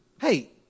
Hey